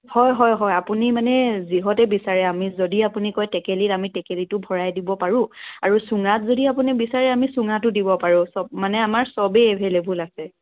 হয় হয় হয় আপুনি মানে যিহতেই বিচাৰে আমি যদি আপুনি কয় টেকেলীত আমি টেকেলীতো ভৰাই দিব পাৰোঁ আৰু চুঙাত যদি আপুনি বিচাৰে আমি চুঙাতো দিব পাৰোঁ চব মানে আমাৰ চবেই এভে'লেবল আছে